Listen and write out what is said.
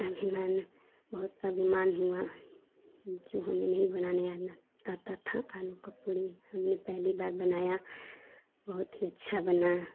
अभिमान बहुत अभिमान हुआ जो हमें नहीं बनाना आता था आलू की पूड़ी हमने पहली बार बनाई बहुत ही अच्छा बना